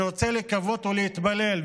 אני רוצה לקוות ולהתפלל,